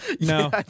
No